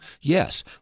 Yes